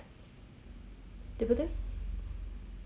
对不对